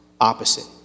opposite